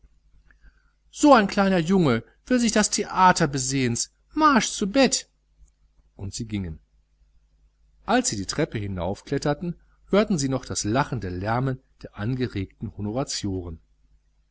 so ein kleiner junge will sich das theater besehens marsch zu bett und sie gingen als sie die treppe hinaufkletterten hörten sie noch das lachende lärmen der angeregten honoratioren